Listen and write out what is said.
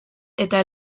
eta